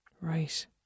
Right